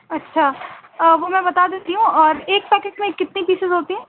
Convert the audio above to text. اچھا وہ میں بتا دیتی ہوں اور ایک پیکٹ میں کتنی پیسز ہوتی ہیں